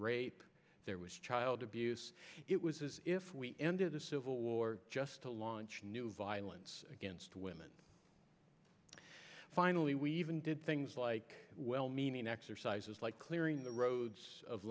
rape there was child abuse it was as if we ended the civil war just to launch new violence against women finally we even did things like well meaning exercises like clearing the roads of